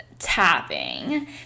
tapping